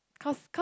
cause cause